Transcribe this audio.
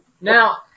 now